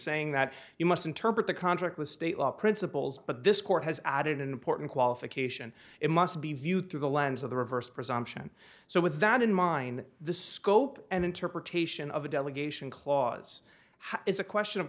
saying that you must interpret the contract with state law principles but this court has added an important qualification it must be viewed through the lens of the reverse presumption so with that in mind the scope and interpretation of a delegation clause is a question of